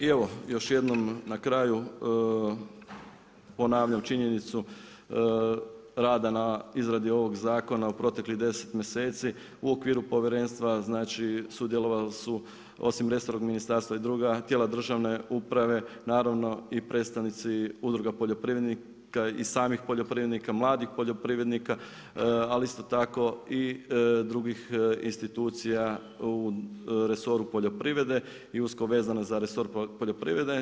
I evo još jednom na kraju, ponavljam činjenicu rada na izradi ovog zakona u proteklih 10 mjeseci, u okviru povjerenstva znači sudjelovali su osim resornog ministarstva i druga tijela državne uprave, naravno i predstavnici udruga poljoprivrednika i samih poljoprivrednika, mladih poljoprivrednika, ali isto tako i drugih institucija u resoru poljoprivrede i usko vezano za resor poljoprivrede.